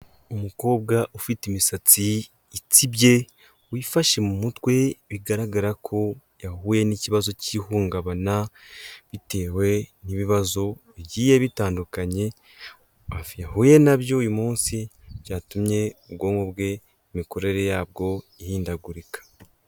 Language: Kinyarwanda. Umukobwa ufite imisatsi itsibye wifashe mu mutwe bigaragara ko yahuye n'ikibazo cy'ihungabana bitewe n'ibibazo bigiye bitandukanye yahuye na byo uyu munsi byatumye ubwonko bwe imikorere yabwo ihindagurika.